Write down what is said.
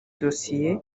dosiye